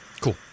Cool